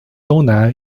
东南